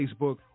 Facebook